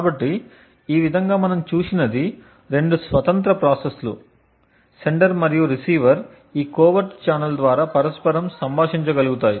కాబట్టి ఈ విధంగా మనం చూసినది రెండు స్వతంత్ర ప్రాసెస్లు సెండర్ మరియు రిసీవర్ ఈ కోవెర్ట్ ఛానెల్ద్వారా పరస్పరం సంభాషించగలుగుతాయి